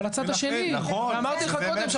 אבל הצד השני אמרתי לך קודם,